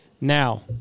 now